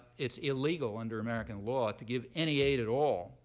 it's illegal under american law to give any aid at all,